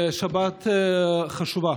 השבת חשובה.